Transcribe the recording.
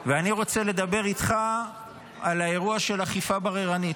ואני רוצה לדבר איתך על האירוע של אכיפה בררנית.